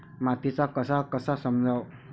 मातीचा कस कसा समजाव?